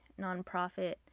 nonprofit